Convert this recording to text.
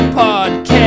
podcast